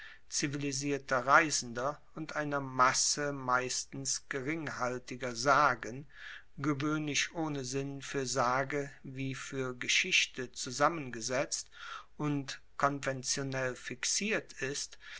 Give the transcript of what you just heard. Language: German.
zivilisierter reisender und einer masse meistens geringhaltiger sagen gewoehnlich ohne sinn fuer sage wie fuer geschichte zusammengesetzt und konventionell fixiert ist